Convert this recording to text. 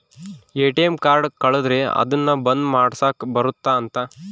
ATM card ಕಳುದ್ರೆ ಅದುನ್ನ ಬಂದ್ ಮಾಡ್ಸಕ್ ಬರುತ್ತ ಅಂತ